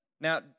Now